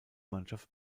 mannschaft